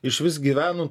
išvis gyveno